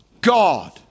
God